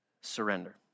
surrender